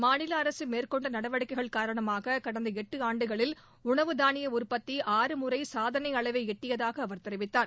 மாநில அரசு மேற்கொண்ட நடவடிக்கைகள் காரணமாக கடந்த எட்டாண்டுகளில் உணவு தானிய உற்பத்தி ஆறு முறை சாதனை அளவை எட்டியதாக அவர் தெரிவித்தார்